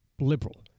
liberal